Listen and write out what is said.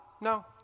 no